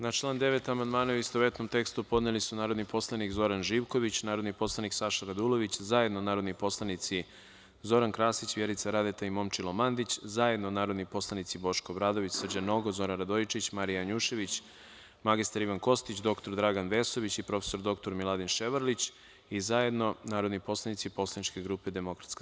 Na član 9. amandmane u istovetnom tekstu podneli su narodni poslanik Zoran Živković, narodni poslanik Saša Radulović, zajedno narodni poslanici Zoran Krasić, Vjerica Radeta i Momčilo Mandić, zajedno narodni poslanici Boško Obradović, Srđan Nogo, Zoran Radojičić, Marija Janjušević, mr Ivan Kostić, dr Dragan Vesović i prof. dr Miladin Ševarlić i zajedno narodni poslanici poslaničke grupe DS.